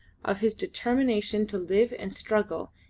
of his determination to live and struggle,